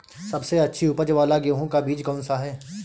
सबसे अच्छी उपज वाला गेहूँ का बीज कौन सा है?